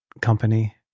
company